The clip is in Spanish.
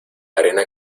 arena